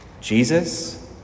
Jesus